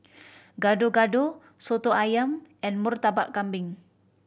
Gado Gado Soto Ayam and Murtabak Kambing